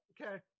Okay